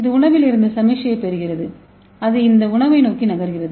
இது உணவில் இருந்து சமிக்ஞையைப் பெறுகிறது அது அந்த உணவை நோக்கி நகர்கிறது